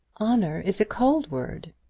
honour is a cold word.